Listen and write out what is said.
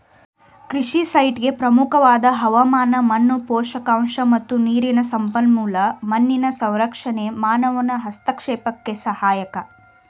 ಕೃಷಿ ಸೈಟ್ಗೆ ಪ್ರಮುಖವಾದ ಹವಾಮಾನ ಮಣ್ಣು ಪೋಷಕಾಂಶ ಮತ್ತು ನೀರಿನ ಸಂಪನ್ಮೂಲ ಮಣ್ಣಿನ ಸಂರಕ್ಷಣೆ ಮಾನವನ ಹಸ್ತಕ್ಷೇಪಕ್ಕೆ ಸಹಾಯಕ